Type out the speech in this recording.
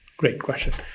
great question.